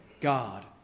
God